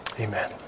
Amen